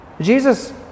Jesus